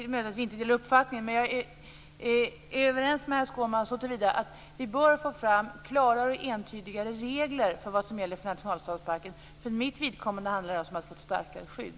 Det är möjligt att vi inte delar den uppfattningen, men jag är överens med herr Skårman så till vida att jag tycker att vi bör få fram klarare och entydigare regler för vad som gäller för nationalstadsparken. För mitt vidkommande handlar det alltså om att få ett starkare skydd.